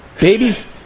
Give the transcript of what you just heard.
Babies